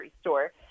store